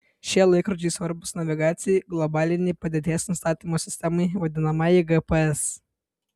šie laikrodžiai svarbūs navigacijai globalinei padėties nustatymo sistemai vadinamajai gps